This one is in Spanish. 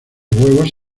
huevos